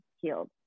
healed